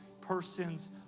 person's